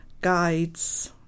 guides